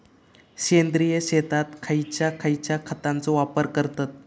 सेंद्रिय शेतात खयच्या खयच्या खतांचो वापर करतत?